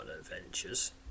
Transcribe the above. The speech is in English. adventures